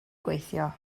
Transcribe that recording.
gweithio